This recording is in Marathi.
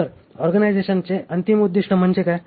तर ऑर्गनायझेशनचे अंतिम उद्दीष्ट म्हणजे काय